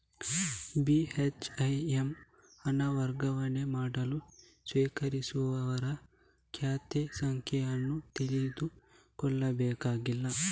ಬಿ.ಹೆಚ್.ಐ.ಎಮ್ ಹಣ ವರ್ಗಾವಣೆ ಮಾಡಲು ಸ್ವೀಕರಿಸುವವರ ಖಾತೆ ಸಂಖ್ಯೆ ಅನ್ನು ತಿಳಿದುಕೊಳ್ಳಬೇಕಾಗಿಲ್ಲ